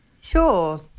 Sure